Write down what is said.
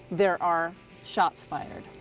there are shots fired.